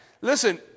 Listen